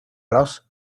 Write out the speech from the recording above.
ross